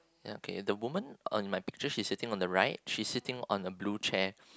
okay the woman on my picture she's sitting on the right she's sitting on a blue chair